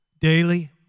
Daily